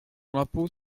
l’impôt